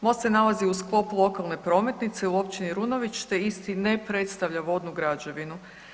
Most se nalazi u sklopu okolne prometnice u općini Runović te isti ne predstavlja vodnu građevinu.